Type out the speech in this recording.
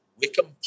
Wickham